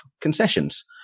concessions